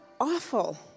awful